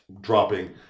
dropping